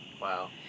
Wow